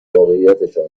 واقعیتشان